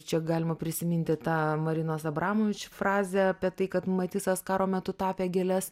čia galima prisiminti tą marinos abramovič frazę apie tai kad matisas karo metu tapė gėles